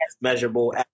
measurable